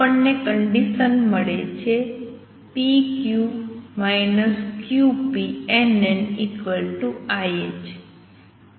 આપણને કંડિસન મળે છે n n ih